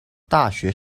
大学